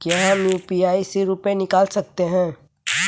क्या हम यू.पी.आई से रुपये निकाल सकते हैं?